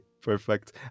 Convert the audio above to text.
perfect